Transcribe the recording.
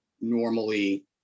normally